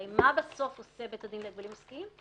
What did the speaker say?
הרי מה בסוף עושה בית הדין להגבלים עסקיים?